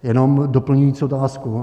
Jenom doplňující otázku.